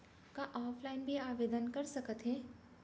का ऑफलाइन भी आवदेन कर सकत हे?